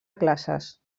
classes